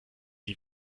die